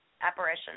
Apparition